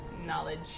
knowledge